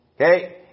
Okay